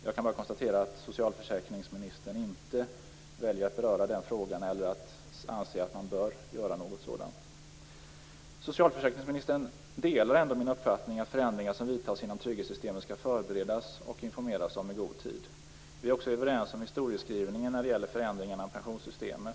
Jag kan bara konstatera att socialförsäkringsministern inte väljer att beröra den frågan eller anser att man bör göra något sådant. Socialförsäkringsministern delar ändå min uppfattning att förändringar som vidtas inom trygghetssystemen skall förberedas och informeras om i god tid. Vi är också överens om historieskrivningen när det gäller förändringarna i pensionssystemet.